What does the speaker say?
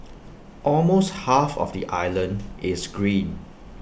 almost half of the island is green